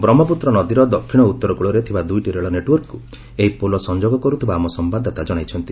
ବ୍ରହ୍ମପୁତ୍ର ନଦୀର ଦକ୍ଷିଣ ଓ ଉତ୍ତର କୂଳରେ ଥିବା ଦୁଇଟି ରେଳ ନେଟ୍ୱର୍କକୁ ଏହି ପୋଲ ସଂଯୋଗ କରୁଥିବା ଆମ ସମ୍ଭାଦଦାତା ଜଣାଇଛନ୍ତି